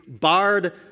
barred